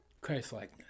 Christ-likeness